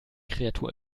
kreatur